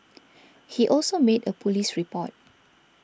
he also made a police report